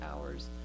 hours